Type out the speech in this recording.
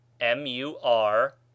M-U-R